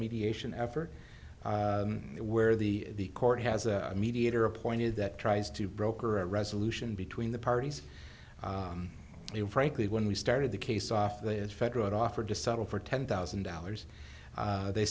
mediation effort where the court has a mediator appointed that tries to broker a resolution between the parties and frankly when we started the case off the federal it offered to settle for ten thousand dollars they